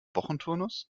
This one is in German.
wochenturnus